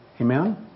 Amen